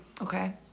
Okay